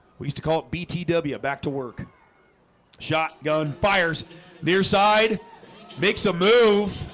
we used to call it btw back to work shotgun fires nearside makes a move.